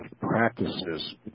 practices